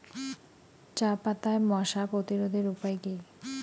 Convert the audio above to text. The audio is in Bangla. চাপাতায় মশা প্রতিরোধের উপায় কি?